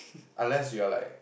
unless you're like